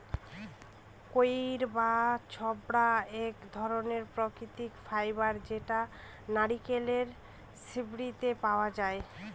কইর বা ছবড়া এক ধরনের প্রাকৃতিক ফাইবার যেটা নারকেলের ছিবড়েতে পাওয়া যায়